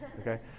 okay